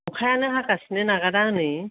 अखायानो हागासिनो नागारा हनै